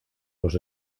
los